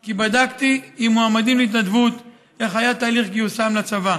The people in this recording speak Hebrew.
כי בדקתי עם מועמדים להתנדבות איך היה תהליך גיוסם לצבא.